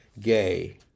gay